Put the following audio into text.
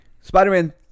Spider-Man